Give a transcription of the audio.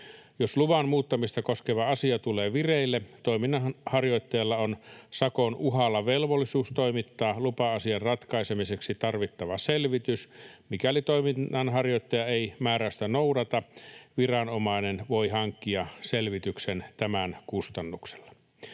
Jos luvan muuttamista koskeva asia tulee vireille, toiminnanharjoittajalla on sakon uhalla velvollisuus toimittaa lupa-asian ratkaisemiseksi tarvittava selvitys. Mikäli toiminnanharjoittaja ei määräystä noudata, viranomainen voi hankkia selvityksen tämän kustannuksella.